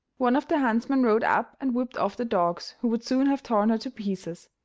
one of the huntsmen rode up and whipped off the dogs, who would soon have torn her to pieces.